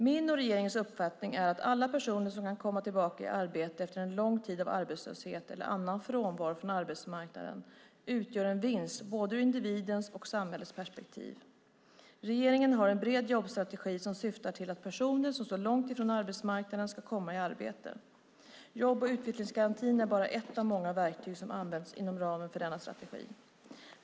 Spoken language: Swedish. Min och regeringens uppfattning är att alla personer som kan komma tillbaka i arbete efter en lång tid av arbetslöshet eller annan frånvaro från arbetsmarknaden utgör en vinst både ur individens och ur samhällets perspektiv. Regeringen har en bred jobbstrategi som syftar till att personer som står långt ifrån arbetsmarknaden ska komma i arbete. Jobb och utvecklingsgarantin är bara ett av många verktyg som används inom ramen för denna strategi.